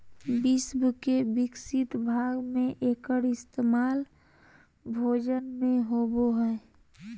विश्व के विकसित भाग में एकर इस्तेमाल भोजन में होबो हइ